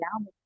down